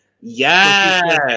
Yes